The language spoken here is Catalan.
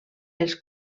els